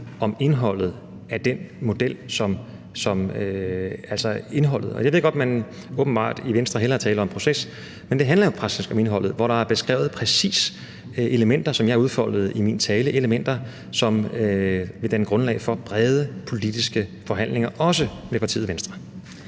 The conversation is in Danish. om indholdet af den model. Jeg ved godt, at man i Venstre åbenbart hellere vil tale om proces, men det handler faktisk om indholdet, som beskriver præcis de elementer, jeg udfoldede i min tale – elementer, som vil danne grundlag for brede politiske forhandlinger, også med partiet Venstre.